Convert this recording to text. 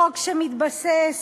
חוק שמתבסס